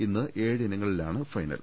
ഇന്ന് ഏഴ് ഇനങ്ങളിലാണ് ഫൈനൽ